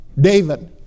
David